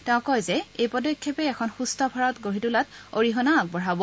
তেওঁ কয় যে এই পদক্ষেপে এখন সুস্থ ভাৰত গঢ়ি তোলাত অৰিহণা আগবঢ়াব